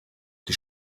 die